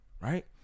right